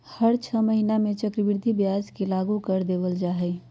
हर छ महीना में चक्रवृद्धि ब्याज के लागू कर देवल जा हई